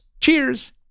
Cheers